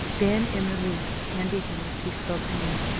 then in relief and eagerness he spoke her name